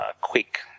quick